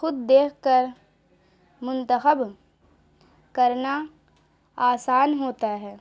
خود دیکھ کر منتخب کرنا آسان ہوتا ہے